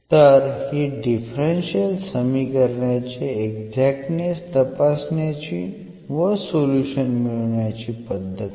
तर ही डिफरन्शियल समीकरणाचे एक्झाक्टनेस तपासण्याची व सोल्युशन मिळवण्याची पद्धत आहे